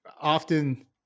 often –